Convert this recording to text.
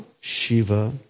Shiva